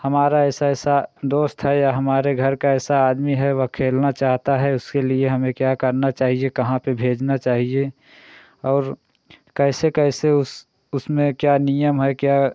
हमारा ऐसा ऐसा दोस्त है या हमारे घर का ऐसा आदमी है वह खेलना चाहता है उसके लिए हमें क्या करना चाहिए कहाँ पर भेजना चाहिए और कैसे कैसे उस उसमें क्या नियम है क्या